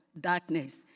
darkness